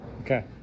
Okay